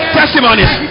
testimonies